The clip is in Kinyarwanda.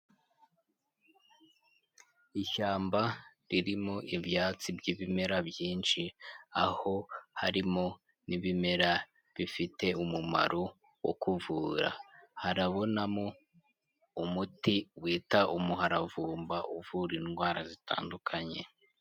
Ishyamba ririmo ibyatsi by'ibimera byinshi; aho harimo n'ibimera bifite umumaro wo kuvura; harabonamo umuti wita umuharavumba uvura indwara zitandukanye.